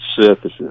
surfaces